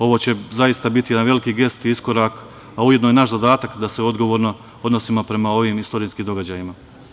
Ovo će zaista biti jedan veliki gest i iskorak, a ujedno i naš zadatak da se odgovorno odnosimo prema ovim istorijskim događajima.